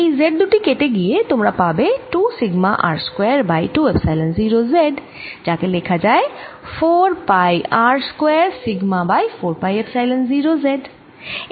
এই z দুটি কেটে গিয়ে তোমরা পাবে 2 sigma R square by 2 epsilon 0 z যাকে লেখা যায় 4 pi R square sigma by 4 pi epsilon 0 z